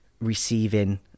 receiving